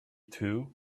too